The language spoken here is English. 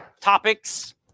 topics